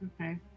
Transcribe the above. Okay